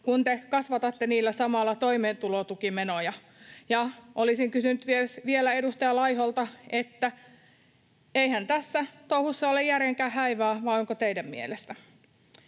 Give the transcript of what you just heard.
kun te kasvatatte niillä samalla toimeentulotukimenoja. Ja olisin kysynyt edustaja Laiholta vielä, että eihän tässä touhussa ole järjen häivääkään vai onko teidän mielestänne.